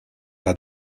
pas